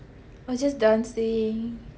it was just dancing